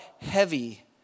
heavy